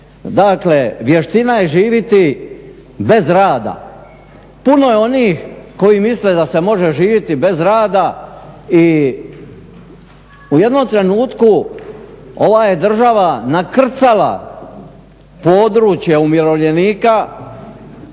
Dakle, vještina je živjeti bez rada. Puno je onih koji misle da se može živjeti bez rada i u jednom trenutku ova je država nakrcala područje umirovljenika